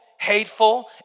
hateful